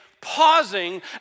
pausing